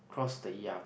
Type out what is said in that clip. cross the e_r_p